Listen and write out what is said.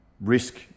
risk